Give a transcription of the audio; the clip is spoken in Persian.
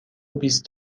بیست